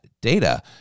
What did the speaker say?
data